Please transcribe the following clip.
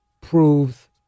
proves